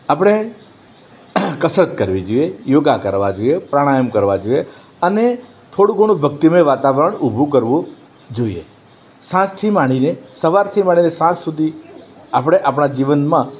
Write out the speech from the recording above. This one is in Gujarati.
આપણે કસરત કરવી જોઈએ યોગા કરવા જોઈએ પ્રાણાયામ કરવા જોઈએ અને થોડું ઘણું ભક્તિમય વાતાવરણ ઊભું કરવું જોઈએ સાંજથી માડીને સવારથી માડીને સાંજ સુધી આપણે આપણા જીવનમાં